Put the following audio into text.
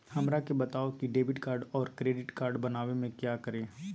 हमरा के बताओ की डेबिट कार्ड और क्रेडिट कार्ड बनवाने में क्या करें?